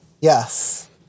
Yes